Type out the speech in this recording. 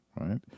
right